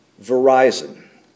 Verizon